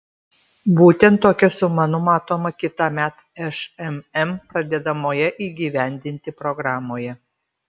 būtent tokia suma numatoma kitąmet šmm pradedamoje įgyvendinti programoje